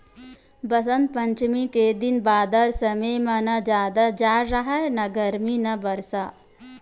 बसंत पंचमी के दिन बादर समे म न जादा जाड़ राहय न गरमी न बरसा